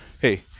hey